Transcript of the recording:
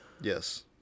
yes